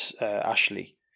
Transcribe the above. Ashley